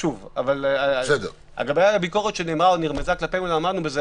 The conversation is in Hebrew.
לגבי הביקורת שנאמרה או נרמזה כלפינו שלא עמדנו בזה,